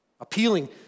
appealing